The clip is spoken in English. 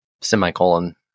Semicolon